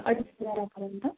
अडीच हजारापर्यंत